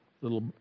little